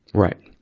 right.